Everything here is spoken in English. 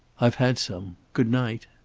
i've had some. good-night.